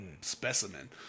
specimen